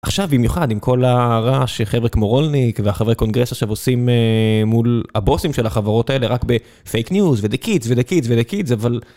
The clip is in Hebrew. עכשיו במיוחד עם כל הרעש של חבר'ה כמו רולניק והחברי קונגרס עושים מול הבוסים של החברות האלה רק בפייק ניוז The kids the kids the kids אבל...